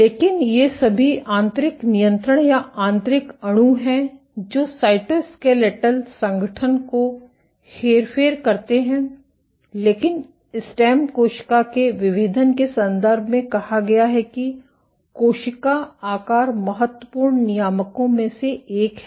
लेकिन ये सभी आंतरिक नियंत्रण या आंतरिक अणु हैं जो साइटोस्केलेटल संगठन को हेर फेर करते हैं लेकिन स्टेम कोशिका के विभेदन के संदर्भ में कहा गया है कि कोशिका आकार महत्वपूर्ण नियामकों में से एक है